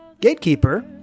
Gatekeeper